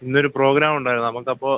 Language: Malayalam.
ഇന്നൊരു പ്രോഗ്രാമുണ്ടായിരുന്നു നമുക്കപ്പോൾ